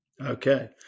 Okay